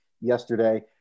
yesterday